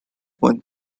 one